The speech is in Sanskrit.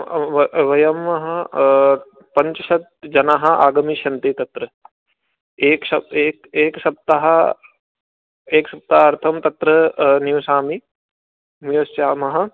वयं पञ्चाशत् जनाः आगमिष्यन्ति तत्र एक एक एक सप्ताहः एक सप्ताहार्थं तत्र निवसामि निवसामः